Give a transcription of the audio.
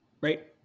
right